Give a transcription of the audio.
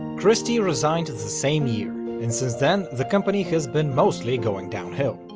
christie resigned the same year, and since then the company has been mostly going downhill.